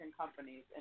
companies